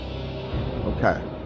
Okay